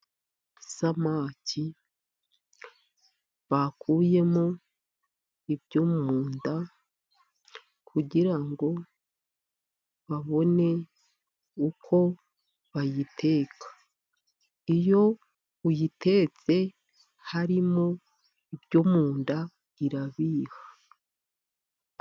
Isamaki bakuyemo ibyo mu nda kugira ngo babone uko bayiteka, iyo uyitetse harimo ibyo mu nda irabiha.